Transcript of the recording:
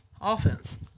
offense